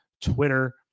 Twitter